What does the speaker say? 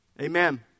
Amen